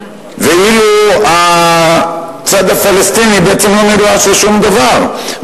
ואילו הצד הפלסטיני בעצם לא נדרש לשום דבר.